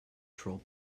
troll